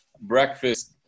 breakfast